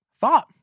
thought